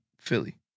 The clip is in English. Philly